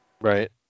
Right